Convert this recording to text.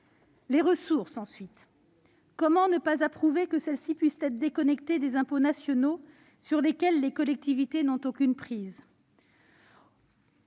les ressources, ensuite. Comment ne pas approuver que celles-ci puissent être déconnectées des impôts nationaux, sur lesquels les collectivités n'ont aucune prise ?